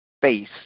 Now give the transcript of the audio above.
face